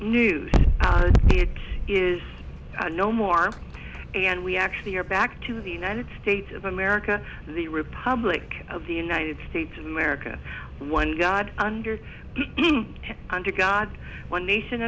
news it is no more and we actually are back to the united states of america the republic of the united states of america one god under under god one nation